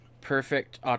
Perfect